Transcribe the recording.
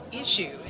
issue